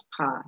path